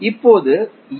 இப்போது ஏ